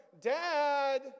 dad